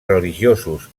religiosos